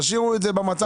תשאירו את זה במצב הקיים,